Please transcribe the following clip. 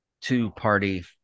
two-party